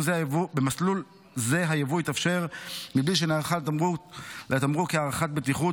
במסלול זה היבוא יתאפשר מבלי שנערכה לתמרוק הערכת בטיחות,